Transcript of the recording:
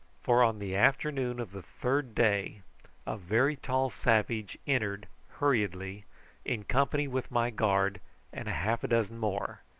for on the afternoon of the third day a very tall savage entered hurriedly in company with my guard and half a dozen more,